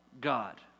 God